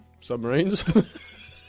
submarines